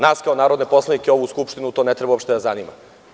Nas kao narodne poslanike, ovu Skupštine to ne treba uopšte da zanima.